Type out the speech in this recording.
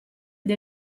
dei